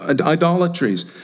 idolatries